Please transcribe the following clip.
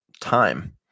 time